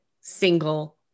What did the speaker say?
single